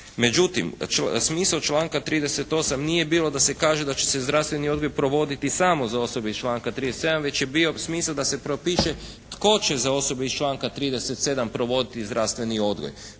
Međutim, smisao članka 38. nije bilo da se kaže da će se zdravstveni odgoj provoditi samo za osobe iz članka 37. već je bio smisao da se propiše tko će za osobe iz članka 37. provoditi zdravstveni odgoj.